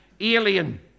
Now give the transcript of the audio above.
alien